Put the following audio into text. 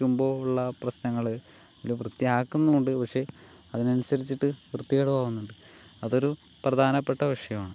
ഉള്ള പ്രശ്നങ്ങള് വൃത്തിയാക്കുന്നുമുണ്ട് പക്ഷേ അതിനനുസരിച്ചിട്ട് വൃത്തികേടും ആവുന്നുണ്ട് അതൊരു പ്രധാനപ്പെട്ട വിഷയമാണ്